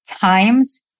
times